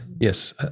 Yes